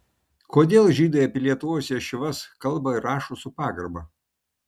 kodėl žydai apie lietuvos ješivas kalba ir rašo su pagarba